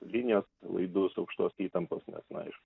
linijos laidus aukštos įtampos nes na iš